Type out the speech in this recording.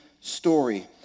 story